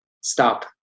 stop